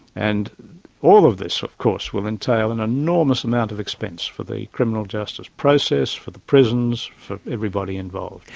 and all of this of course will entail an enormous amount of expense for the criminal justice process, for the prisons, for everybody involved.